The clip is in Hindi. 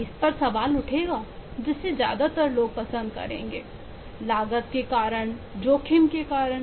इस पर सवाल उठेगा जिससे ज्यादातर लोग पसंद करेंगे लागत के कारण और जोखिम के कारण